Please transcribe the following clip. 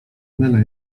mylę